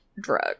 drug